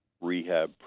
rehab